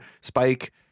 Spike